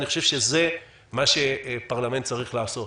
אני חושב שזה מה שפרלמנט צריך לעשות.